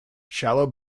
shallow